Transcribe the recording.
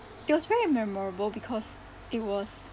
it was very memorable because it was